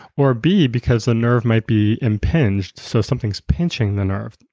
or b, because the nerve might be impinged so something is pinching the nerve.